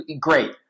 Great